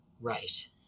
Right